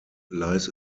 lies